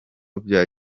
bya